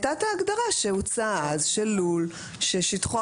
הייתה הגדרה שהוצעה האומרת לול ששטחו